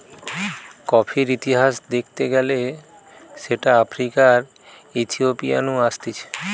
কফির ইতিহাস দ্যাখতে গেলে সেটা আফ্রিকার ইথিওপিয়া নু আসতিছে